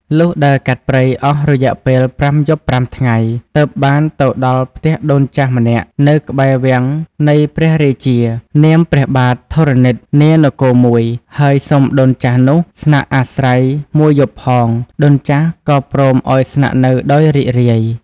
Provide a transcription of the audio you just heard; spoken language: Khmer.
លុះដើរកាត់ព្រៃអស់រយៈពេល ៥យប់៥ថ្ងៃ ទើបបានទៅដល់ផ្ទះដូនចាស់ម្នាក់នៅក្បែរវាំងនៃព្រះរាជា នាមព្រះបាទធរណិតនានគរមួយ ហើយសុំដូនចាស់នោះស្នាក់អាស្រ័យមួយយប់ផង ដូនចាស់ក៏ព្រមឲ្យស្នាក់នៅដោយរីករាយ។